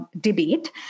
debate